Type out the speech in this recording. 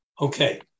Okay